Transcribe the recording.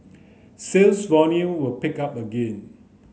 sales volume will pick up again